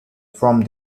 from